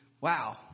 wow